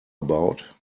about